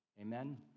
Amen